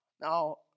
Now